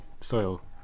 soil